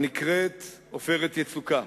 הנקראת "עופרת יצוקה".